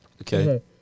Okay